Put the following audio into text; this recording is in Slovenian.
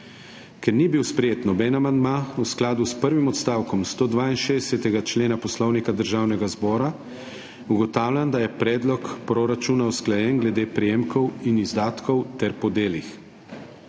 Ker ni bil sprejet noben amandma v skladu s prvim odstavkom 162. člena Poslovnika Državnega zbora, ugotavljam, da je predlog proračuna usklajen glede prejemkov in izdatkov ter po delih.